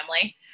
family